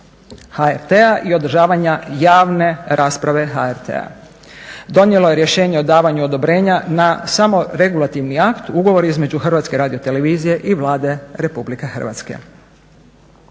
HRT-a i održavanja javne rasprave HRT-a. Donijelo je rješenje o davanju odobrenja na samo regulativni akt, ugovor između HRT-a i Vlade RH.